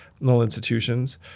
institutions